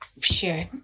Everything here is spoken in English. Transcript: Sure